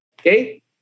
Okay